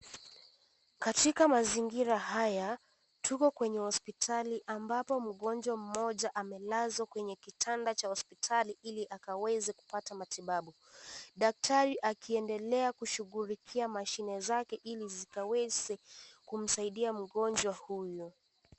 Katika mazingira haya tuko kwenye hospitali ambapo mgonjwa mmoja amelazwa kwwnye kitanda cha hospitali ili akaweze kupata matibabu daktari akiendelea kushugulikia mashine zake ili zikaweze kumsaidia mgonjwa huyu.